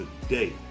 today